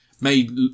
made